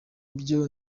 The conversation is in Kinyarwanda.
ibyo